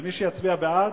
ומי שיצביע בעד,